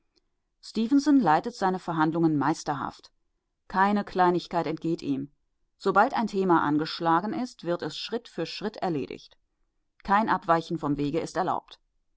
leitet seine verhandlungen meisterhaft keine kleinigkeit entgeht ihm sobald ein thema angeschlagen ist wird es schritt für schritt erledigt kein abweichen vom wege ist erlaubt